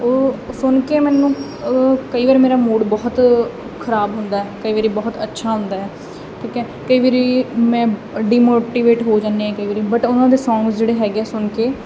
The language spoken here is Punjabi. ਉਹ ਸੁਣ ਕੇ ਮੈਨੂੰ ਕਈ ਵਾਰ ਮੇਰਾ ਮੂਡ ਬਹੁਤ ਖਰਾਬ ਹੁੰਦਾ ਕਈ ਵਾਰੀ ਬਹੁਤ ਅੱਛਾ ਹੁੰਦਾ ਠੀਕ ਹੈ ਕਈ ਵਾਰੀ ਮੈਂ ਡੀਮੋਟੀਵੇਟ ਹੋ ਜਾਂਦੀ ਹਾਂ ਕਈ ਵਾਰੀ ਬਟ ਉਹਨਾਂ ਦੇ ਸੌਂਗਸ ਜਿਹੜੇ ਹੈਗੇ ਸੁਣ ਕੇ